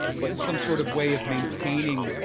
but some sort of way of maintaining